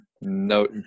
No